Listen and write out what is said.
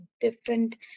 different